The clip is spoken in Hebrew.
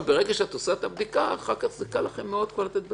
ברגע שאת עושה את הבדיקה אחר כך זה כבר קל מאוד לתת דיווח.